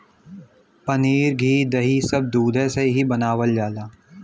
पनीर घी दही सब दुधे से ही बनावल जाला